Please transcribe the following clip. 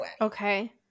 okay